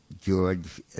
George